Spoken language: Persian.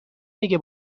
میگه